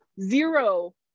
zero